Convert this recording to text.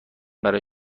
برای